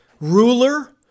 ruler